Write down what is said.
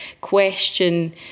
question